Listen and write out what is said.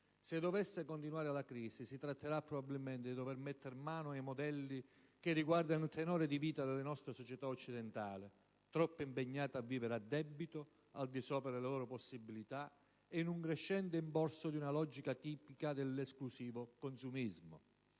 Se dovesse continuare la crisi si tratterà, probabilmente, di dover mettere mano ai modelli che riguardano il tenore di vita delle nostre società occidentali, troppo impegnate a vivere a debito, al di sopra delle loro possibilità e in un crescente imporsi di una logica tipica dell'esclusivo consumismo.